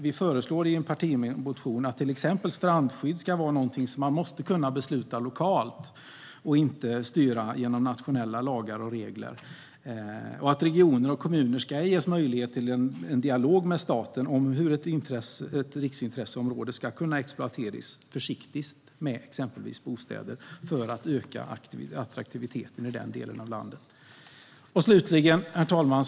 Vi föreslår i en partimotion att till exempel strandskydd ska vara någonting som man måste kunna besluta om lokalt och inte ska styras genom nationella lagar och regler. Regioner och kommuner ska ges möjlighet till en dialog med staten om hur ett riksintresseområde ska kunna exploateras försiktigt med exempelvis bostäder för att öka attraktiviteten i den delen av landet. Herr talman!